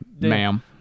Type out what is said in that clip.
ma'am